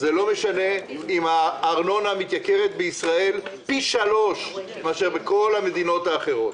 לא משנה אם הארנונה בישראל מתייקרת פי שלושה מאשר בכל המדינות האחרות,